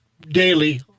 daily